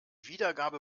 wiedergabe